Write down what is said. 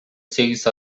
сегиз